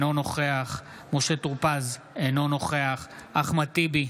אינו נוכח משה טור פז, אינו נוכח אחמד טיבי,